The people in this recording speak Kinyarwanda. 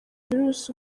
virus